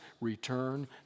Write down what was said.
return